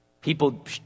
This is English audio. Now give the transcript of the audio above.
People